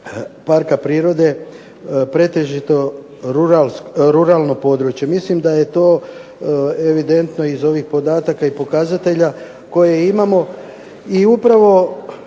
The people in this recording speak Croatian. parka prirode pretežito ruralno područje. Mislim da je to evidentno iz ovih podataka i pokazatelja koje imamo i upravo